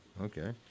okay